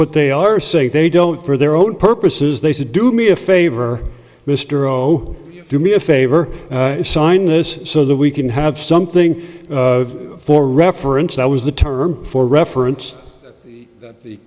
what they are saying they don't for their own purposes they say do me a favor mr o do me a favor and sign this so that we can have something for reference i was the term for reference that the